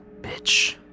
bitch